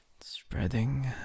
spreading